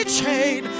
chain